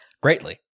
greatly